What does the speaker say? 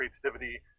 creativity